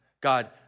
God